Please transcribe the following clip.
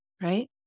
right